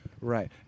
Right